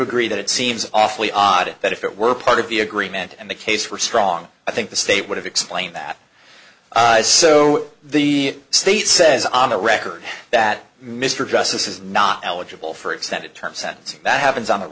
agree that it seems awfully odd that if it were part of the agreement and the case were strong i think the state would have explained that so the state says on the record that mr justice is not eligible for extended term sentencing that happens on